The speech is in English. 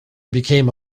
became